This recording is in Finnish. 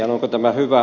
onko tämä hyvä